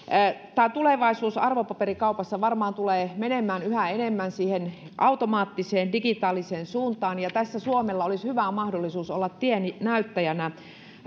tulevaisuus arvopaperikaupassa varmaan tulee menemään yhä enemmän siihen automaattiseen digitaaliseen suuntaan ja tässä suomella olisi hyvä mahdollisuus olla tiennäyttäjänä